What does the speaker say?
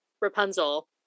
rapunzel